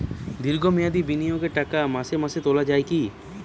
দীর্ঘ মেয়াদি বিনিয়োগের টাকা মাসে মাসে তোলা যায় কি?